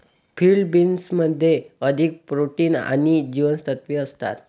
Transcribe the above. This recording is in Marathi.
फील्ड बीन्समध्ये अधिक प्रोटीन आणि जीवनसत्त्वे असतात